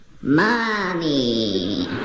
Money